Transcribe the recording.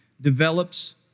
develops